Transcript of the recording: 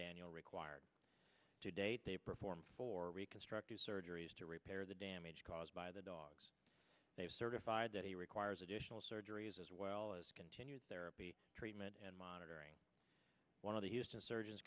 daniel required to date they performed for reconstructive surgeries to repair the damage caused by the dogs they have certified that he requires additional surgeries as well as continued therapy treatment and monitoring one of the houston surgeons